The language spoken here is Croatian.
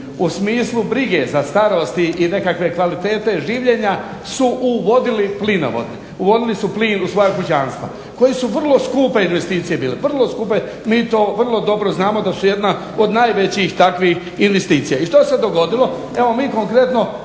u smislu brige za starost i nekakve kvalitete življenja su uvodili plinovod, uvodili su plin u svoja kućanstva koje su vrlo skupe investicije bile. Mi to vrlo dobro znamo da su jedna od najvećih takvih investicija. I što se dogodilo? Evo mi konkretno